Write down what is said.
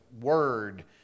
word